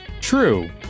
True